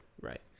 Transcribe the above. Right